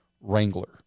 Wrangler